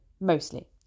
mostly